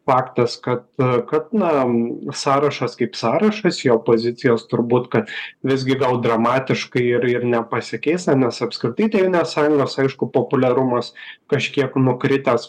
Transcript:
faktas kad kad na sąrašas kaip sąrašas jo pozicijos turbūt kad visgi gal dramatiškai ir ir nepasikeis nes apskritai tėvynės sąjungos aišku populiarumas kažkiek nukritęs